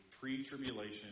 pre-tribulation